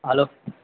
hello